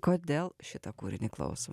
kodėl šitą kūrinį klausom